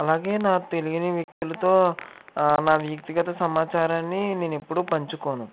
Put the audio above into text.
అలాగే నాకు తెలియని వ్యక్తులతో నా వ్యక్తిగత సమాచారాన్ని నేనెప్పుడూ పంచుకోను